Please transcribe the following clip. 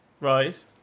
Right